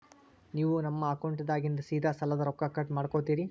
ನೀವು ನಮ್ಮ ಅಕೌಂಟದಾಗಿಂದ ಸೀದಾ ಸಾಲದ ರೊಕ್ಕ ಕಟ್ ಮಾಡ್ಕೋತೀರಿ?